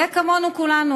וכמוני כולנו.